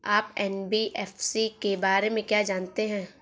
आप एन.बी.एफ.सी के बारे में क्या जानते हैं?